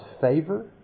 favor